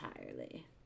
entirely